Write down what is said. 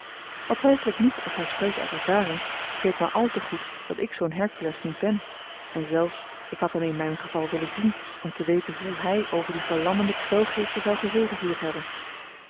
al twijfel ik niet of hij spreekt uit ervaring ik weet maar al te goed dat ik zoo'n hercules niet ben en zelfs ik had hem in mijn geval willen zien om te weten hoe hij over die verlammende kwelgeesten zou gezegevierd hebben